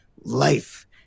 life